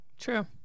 true